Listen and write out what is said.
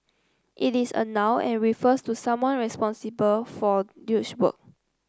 it is a noun and refers to someone responsible for work